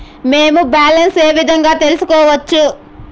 మేము బ్యాలెన్స్ ఏ విధంగా తెలుసుకోవచ్చు?